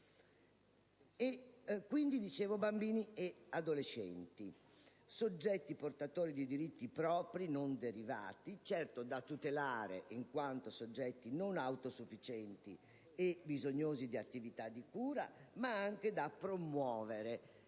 quindi di bambini e adolescenti come soggetti portatori di diritti propri, non derivati, da tutelare in quanto soggetti non autosufficienti e bisognosi di attività di cura, ma anche da promuovere.